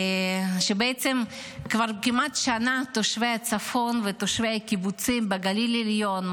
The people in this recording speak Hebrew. בעצם כבר כמעט שנה שתושבי הצפון ותושבי הקיבוצים בגליל העליון,